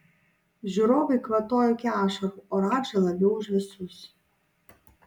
žiūrovai kvatojo iki ašarų o radža labiau už visus